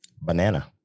Banana